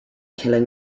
killing